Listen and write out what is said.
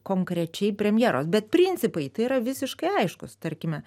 konkrečiai premjeros bet principai tai yra visiškai aiškūs tarkime